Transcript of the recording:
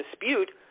dispute